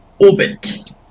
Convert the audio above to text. Orbit